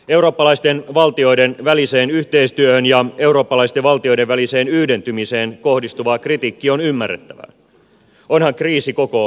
eurooppalaisten valtioiden väliseen yhteistyöhön ja eurooppalaisten valtioiden väliseen yhdentymiseen kohdistuva kritiikki on ymmärrettävää onhan kriisi koko euroopan kattava